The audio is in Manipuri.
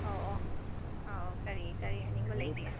ꯑꯧ ꯑꯣ ꯑꯣ ꯀꯔꯤ ꯀꯔꯤ ꯍꯥꯏꯅꯤꯡꯕ ꯂꯩꯒꯦ